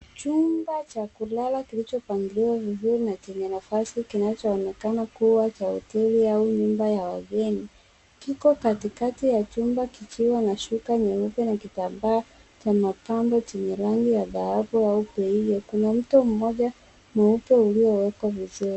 Chumba cha kulala kilichopangiliwa vizuri na chenye nafasi kinachoonekana kuwa cha hoteli au nyumba ya wageni. Kiko katikati ya chumba kikiwa na shuka nyeupe na kitambaa cha mapambo chenye rangi ya dhahabu au beige. Kuna mto mmoja mweupe uliowekwa vizuri.